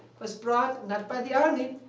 was brought not by the army.